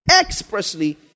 expressly